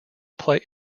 play